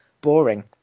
boring